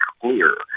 clear